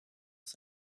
ist